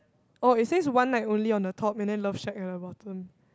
oh it says one night only on the top and then love shack at the bottom